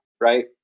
right